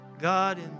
God